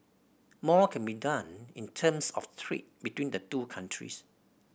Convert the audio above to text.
more can be done in terms of trade between the two countries